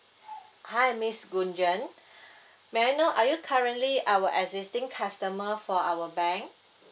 hi miss gunjan may I know are you currently our existing customer for our bank